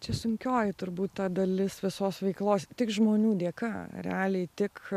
čia sunkioji turbūt ta dalis visos veiklos tik žmonių dėka realiai tik